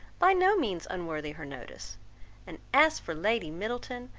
by no means unworthy her notice and as for lady middleton,